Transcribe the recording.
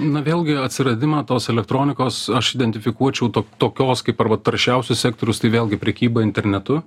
na vėlgi atsiradimą tos elektronikos aš identifikuočiau to tokios kaip arba taršiausius sektorius tai vėlgi prekyba internetu